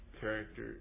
character